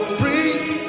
breathe